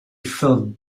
felt